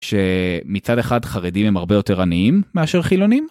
שמצד אחד חרדים הם הרבה יותר רעניים מאשר חילונים.